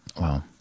Wow